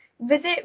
visit